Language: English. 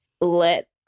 let